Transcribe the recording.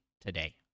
today